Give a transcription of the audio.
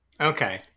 Okay